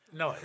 no